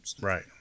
Right